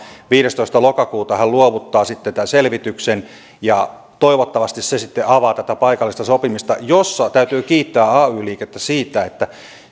viidestoista lokakuuta hän luovuttaa sitten tämän selvityksen ja toivottavasti se sitten avaa tätä paikallista sopimista ja täytyy kiittää ay liikettä siitä että